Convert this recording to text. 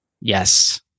Yes